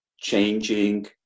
changing